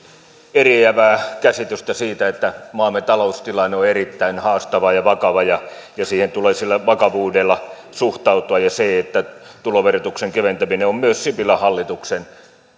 eriävää käsitystä siitä että maamme taloustilanne on erittäin haastava ja vakava ja siihen tulee sillä vakavuudella suhtautua ja tuloverotuksen keventäminen on myös sipilän hallituksen